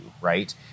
right